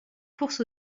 courses